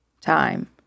time